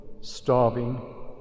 starving